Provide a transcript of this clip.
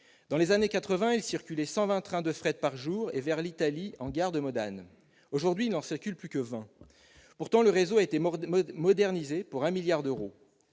Dans les années quatre-vingt, il circulait 120 trains de fret par jour et vers l'Italie en gare de Modane. Aujourd'hui, il n'en circule plus que 20. Pourtant, le réseau a été modernisé pour un milliard d'euros.